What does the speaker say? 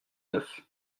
neuf